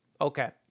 Okay